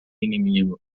inimigo